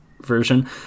version